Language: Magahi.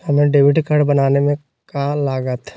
हमें डेबिट कार्ड बनाने में का लागत?